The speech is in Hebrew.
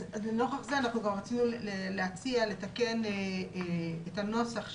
אז לנוכח זה רצינו גם להציע לתקן את הנוסח שקראנו.